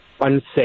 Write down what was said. unsafe